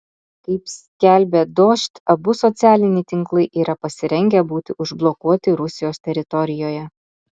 kaip skelbia dožd abu socialiniai tinklai yra pasirengę būti užblokuoti rusijos teritorijoje